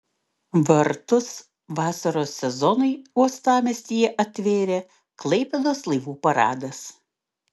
vartus vasaros sezonui uostamiestyje atvėrė klaipėdos laivų paradas